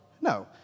No